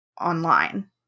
online